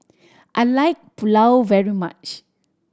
I like Pulao very much